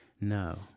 No